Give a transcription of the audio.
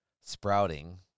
sprouting